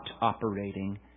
operating